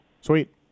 sweet